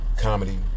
comedy